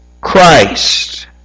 Christ